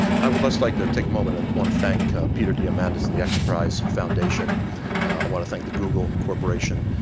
i would just like to take a moment, i want to thank peter diamandis and the x prize foundation. i want to thank the google corporation.